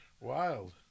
Wild